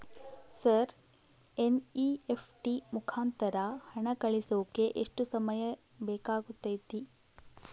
Sir NEFT ಮುಖಾಂತರ ಹಣ ಕಳಿಸೋಕೆ ಎಷ್ಟು ಸಮಯ ಬೇಕಾಗುತೈತಿ?